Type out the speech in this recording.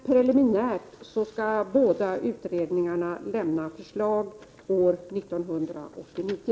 Preliminärt skall båda utredningarna lämna förslag år 1989.